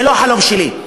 זה לא חלום שלי.